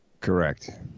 Correct